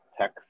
tech